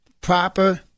proper